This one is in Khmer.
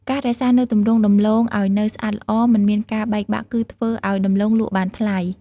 ការរក្សានូវទម្រង់ដំឡូងឲ្យនៅស្អាតល្អ មិនមានការបែកបាក់គឺធ្វើឲ្យដំឡូងលក់់បានថ្លៃ។